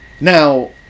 now